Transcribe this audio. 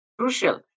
crucial